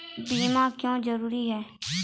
बीमा क्यों जरूरी हैं?